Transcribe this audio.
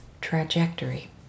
trajectory